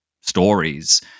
stories